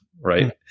right